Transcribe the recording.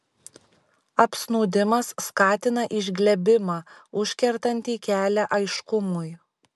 apsnūdimas skatina išglebimą užkertantį kelią aiškumui